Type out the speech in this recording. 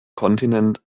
kontinent